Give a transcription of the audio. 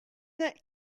that